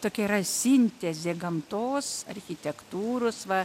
tokia yra sintezė gamtos architektūros va